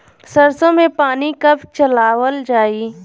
सरसो में पानी कब चलावल जाई?